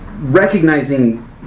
recognizing